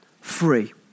free